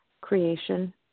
creation